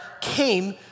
came